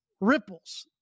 ripples